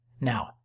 Now